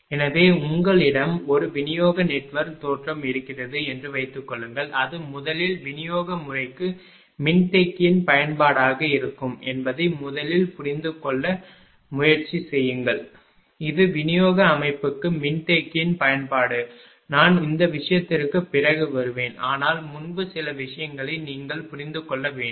எனவே உங்களிடம் ஒரு விநியோக நெட்வொர்க் தோற்றம் இருக்கிறது என்று வைத்துக்கொள்ளுங்கள் அது முதலில் விநியோக முறைக்கு மின்தேக்கியின் பயன்பாடாக இருக்கும் என்பதை முதலில் புரிந்து கொள்ள முயற்சி செய்யுங்கள் இது விநியோக அமைப்புக்கு மின்தேக்கியின் பயன்பாடு நான் இந்த விஷயத்திற்கு பிறகு வருவேன் ஆனால் முன்பு சில விஷயங்களை நீங்கள் புரிந்து கொள்ள வேண்டும்